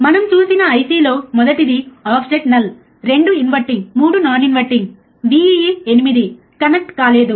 మనం చూసిన IC లో మొదటిది offset null 2 inverting 3 non inverting Vee 8 connect కాలేదు